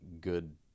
good